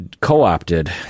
co-opted